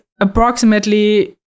approximately